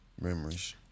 Memories